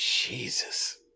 Jesus